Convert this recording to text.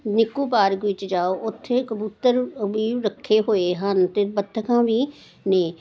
ਨਿੱਕੂ park ਵਿੱਚ ਜਾਓ ਉੱਥੇ ਕਬੂਤਰ ਵੀ ਰੱਖੇ ਹੋਏ ਹਨ ਅਤੇ ਬੱਤਖਾਂ ਵੀ ਨੇ